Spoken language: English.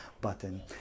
button